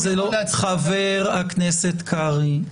--- חבר הכנסת קרעי,